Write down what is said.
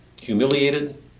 Humiliated